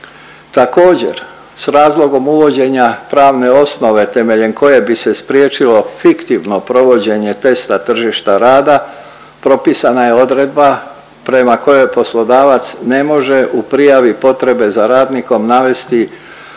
Također s razlogom uvođenja pravne osnove temeljem koje bi se spriječilo fiktivno provođenje testa tržišta rada, propisana je odredba prema kojoj poslodavac ne može u prijavi potrebe za radnikom navesti